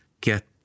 get